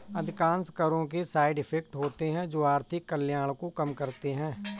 अधिकांश करों के साइड इफेक्ट होते हैं जो आर्थिक कल्याण को कम करते हैं